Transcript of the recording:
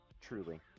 Truly